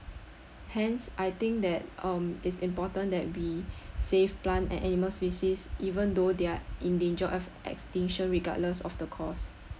hence I think that um it's important that we save plant and animal species even though they're in danger of extinction regardless of the cost